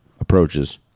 approaches